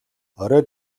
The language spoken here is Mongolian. орой